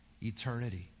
eternity